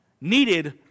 needed